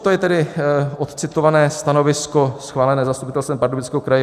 To je tedy odcitované stanovisko schválené zastupitelstvem Pardubického kraje.